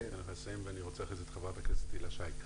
אני אסיים ואחרי זה תדבר ח"כ הילה שי,